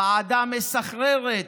ועדה מסחררת.